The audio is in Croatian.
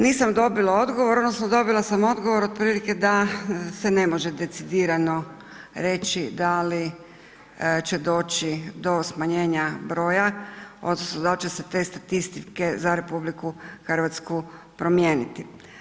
Nisam dobila odgovor odnosno dobila sam odgovor otprilike da se ne može decidirano reći da li će doći do smanjenja broja odnosno dal će se te statistike za RH promijeniti.